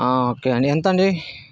okay అండి ఎంత అండి